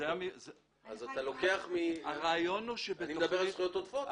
אני מדבר על זכויות עודפות.